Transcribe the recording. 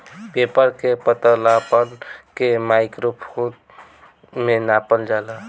paper के पतलापन के माइक्रोन में नापल जाला